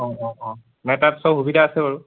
অঁ অঁ অঁ নাই তাত সব সুবিধা আছে বাৰু